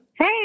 Hey